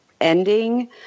ending